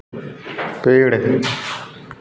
पेड़